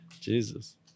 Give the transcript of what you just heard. Jesus